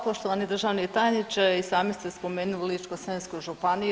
Poštovani državni tajniče i sami ste spomenuli Ličko-senjsku županiju.